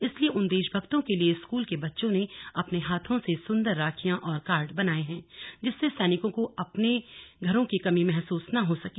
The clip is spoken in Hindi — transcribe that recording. इसलिए उन देशभक्तों के लिए स्कूल के बच्चों ने अपने हाथों से सुंदर राखियां और कार्ड बनाये हैं जिससे सैनिकों को अपनों की कमी महसूस न हो सके